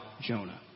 Jonah